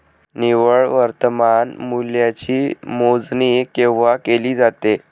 निव्वळ वर्तमान मूल्याची मोजणी केव्हा केली जाते?